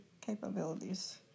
capabilities